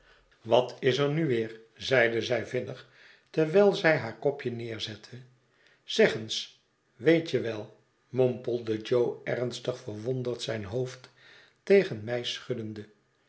wat is er nu weer zeide zij vinnig terwijl zij haar kopje neerzette zeg eens weet je wel mompelde jo ernstig verwonderd zijn hoofd tegen mij schuddende